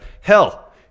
hell